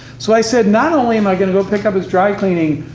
so i said, not only am i gonna go pick up his dry cleaning,